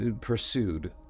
pursued